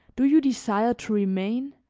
do you desire to remain,